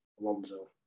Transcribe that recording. Alonso